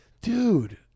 dude